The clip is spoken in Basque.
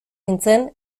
nintzen